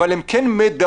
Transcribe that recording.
אבל הם כן מדבקים.